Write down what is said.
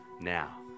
now